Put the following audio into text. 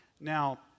Now